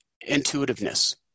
intuitiveness